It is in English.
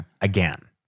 again